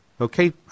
okay